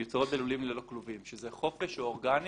מיוצרות בלולים ללא כלובים שזה חופש או אורגני.